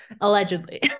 allegedly